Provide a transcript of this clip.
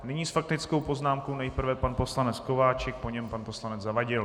Nyní s faktickou poznámkou nejprve pan poslanec Kováčik, po něm pan poslanec Zavadil.